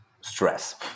stress